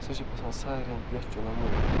سُہ چھُ باسان سارٮ۪ن گیس چوٗلَن مول